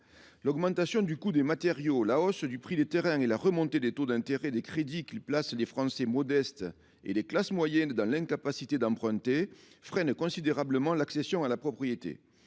L’augmentation du coût des matériaux, la hausse du prix des terrains et la remontée des taux d’intérêt des crédits, qui placent les Français modestes et les classes moyennes dans l’incapacité d’emprunter, freinent considérablement l’accession à la propriété.